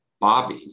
Bobby